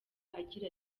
agira